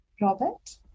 Robert